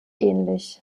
ähnlich